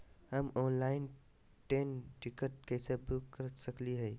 हम online train ticket कैसे book कर सकली हई?